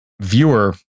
viewer